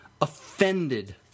offended